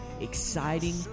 exciting